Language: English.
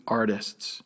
artists